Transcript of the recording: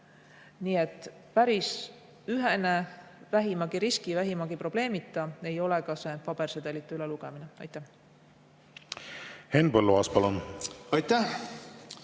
Nii et päris ühene, vähimagi riski, vähimagi probleemita ei ole ka pabersedelite ülelugemine. Aitäh!